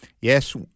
Yes